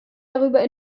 darüber